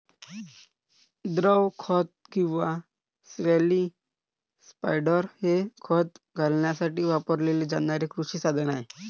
द्रव खत किंवा स्लरी स्पायडर हे खत घालण्यासाठी वापरले जाणारे कृषी साधन आहे